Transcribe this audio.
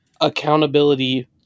accountability